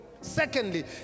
Secondly